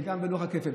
וגם בלוח הכפל.